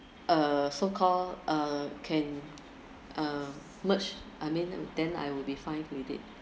uh so call uh can uh merge I mean and then I will be fine with it